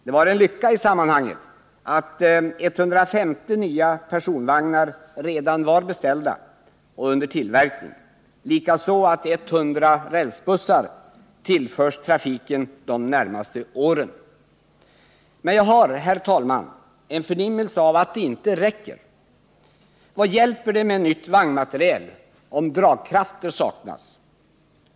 Det var en lycka i sammanhanget att 150 nya personvagnar redan var beställda och under tillverkning, likaså att 100 rälsbussar tillförs trafiken de närmaste åren. Men jag har, herr talman, en förnimmelse av att det inte räcker. Vad hjälper det med ny vagnmateriel, om dragkrafter saknas?